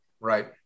Right